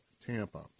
Tampa